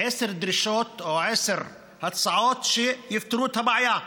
עשר דרישות או עשר הצעות שיפתרו את הבעיה: